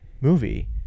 movie